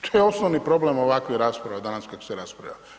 To je osnovni problem ovakve rasprave, danas koja se raspravlja.